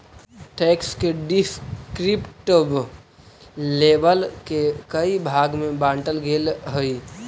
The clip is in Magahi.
टैक्स के डिस्क्रिप्टिव लेबल के कई भाग में बांटल गेल हई